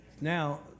Now